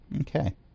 Okay